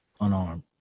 Unarmed